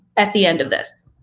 at the end of this.